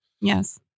Yes